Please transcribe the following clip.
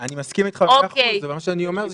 אני מסכים אתך במאה אחוז, אבל מה שאני אומר זה